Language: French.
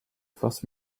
forces